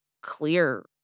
clear